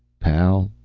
pal,